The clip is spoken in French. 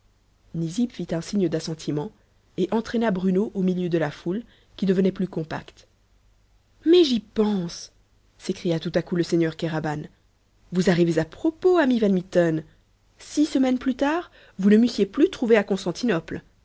fit un signe d'assentiment et entraîna bruno au milieu de la foule qui devenait plus compacte mais j'y pense s'écria tout à coup le seigneur kéraban vous arrivez à propos ami van mitten six semaines plus tard vous ne m'eussiez plus trouvé à